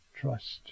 Trust